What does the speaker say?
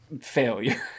failure